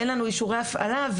אין לנו אישורי הפעלה,